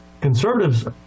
Conservatives